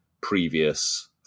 previous